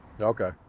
Okay